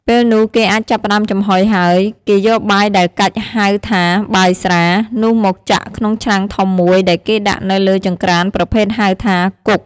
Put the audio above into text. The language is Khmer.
ពេលនោះគេអាចចាប់ផ្តើមចំហុយហើយ គេយកបាយដែលកាច់ ហៅថា «បាយស្រា» នោះមកចាក់ក្នុងឆ្នាំងធំមួយដែលគេដាក់នៅលើចង្ក្រានប្រភេទហៅថា «គុក»។